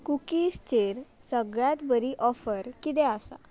कुकीजचेर सगळ्यांत बरी ऑफर कितें आसा